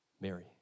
Mary